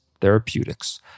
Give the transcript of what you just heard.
Therapeutics